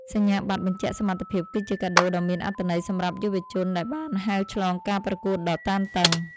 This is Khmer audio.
សញ្ញាបត្របញ្ជាក់សមត្ថភាពគឺជាកាដូដ៏មានអត្ថន័យសម្រាប់យុវជនដែលបានហែលឆ្លងការប្រកួតដ៏តានតឹង។